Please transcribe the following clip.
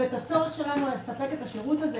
ובמדינה יהודית נצטרך גם כן להכיל את הדברים האלה.